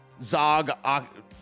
Zog